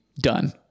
done